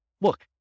look